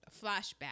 Flashback